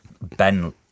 Ben